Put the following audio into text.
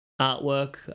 artwork